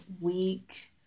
week